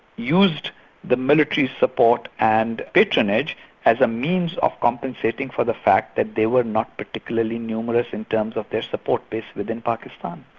used the military support and patronage as a means of compensating for the fact that they were not particularly numerous in terms of their support base within pakistan.